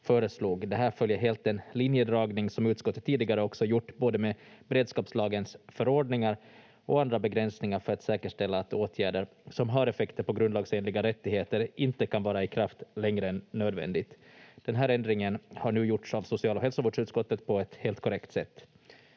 föreslog. Det här följer helt den linjedragning som utskottet tidigare också gjort både med beredskapslagens förordningar och andra begränsningar för att säkerställa att åtgärder som har effekter på grundlagsenliga rättigheter inte kan vara i kraft längre än nödvändigt. Den här ändringen har nu gjorts av social‑ och hälsovårdsutskottet på ett helt korrekt sätt.